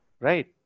right